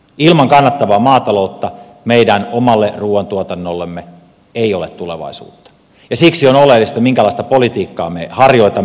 ilman kannattavaa maataloutta meidän omalle ruuantuotannollemme ei ole tulevaisuutta ja siksi on oleellista minkälaista politiikkaa me harjoitamme